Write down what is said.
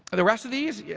the rest of these, yeah